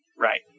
Right